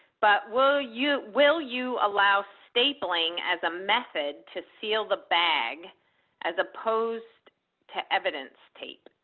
but will you will you allow stapling as a method to seal the bag as opposed to evidence tape?